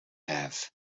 have